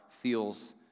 feels